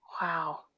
Wow